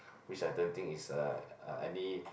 which I don't think is uh any